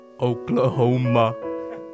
Oklahoma